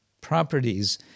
properties